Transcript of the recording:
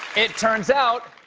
it turns out,